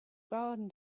garden